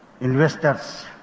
Investors